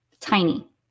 tiny